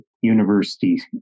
university